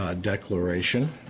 declaration